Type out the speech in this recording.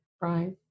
right